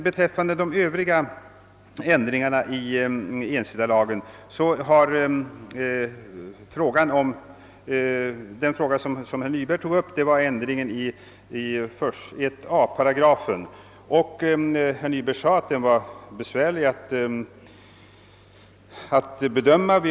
Beträffande de övriga ändringarna i ensittarlagen har herr Nyberg tagit upp 1 a §. Han sade att den var besvärlig att bedöma.